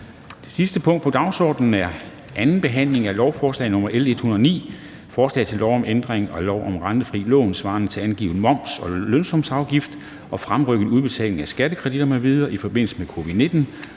Det eneste punkt på dagsordenen er: 1) 2. behandling af lovforslag nr. L 9: Forslag til lov om ændring af lov om rentefrie lån svarende til angivet moms og lønsumsafgift og fremrykket udbetaling af skattekreditter m.v. i forbindelse med covid-19